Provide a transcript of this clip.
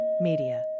Media